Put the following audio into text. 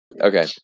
Okay